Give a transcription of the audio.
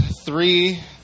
three